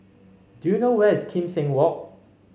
do you know where is Kim Seng Walk